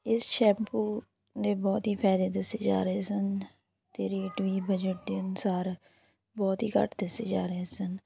ਇਸ ਸ਼ੈਪੂ ਦੇ ਬਹੁਤ ਹੀ ਫ਼ਾਇਦੇ ਦੱਸੇ ਜਾ ਰਹੇ ਸਨ ਅਤੇ ਰੇਟ ਵੀ ਬਜਟ ਦੇ ਅਨੁਸਾਰ ਬਹੁਤ ਹੀ ਘੱਟ ਦੱਸੇ ਜਾ ਰਹੇ ਸਨ